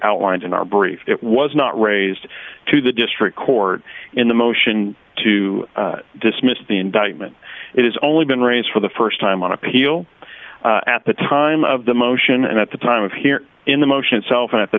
outlined in our brief it was not raised to the district court in the motion to dismiss the indictment it has only been rains for the st time on appeal at the time of the motion and at the time of here in the motion itself at the